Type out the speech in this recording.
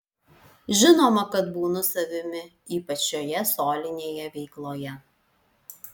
žinoma kad būnu savimi ypač šioje solinėje veikloje